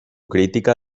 crítica